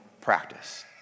practice